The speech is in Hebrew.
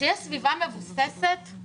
כאשר יש סביבה מבוססת היא